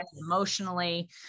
emotionally